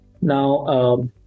now